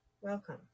welcome